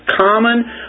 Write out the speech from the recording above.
common